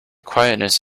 quietness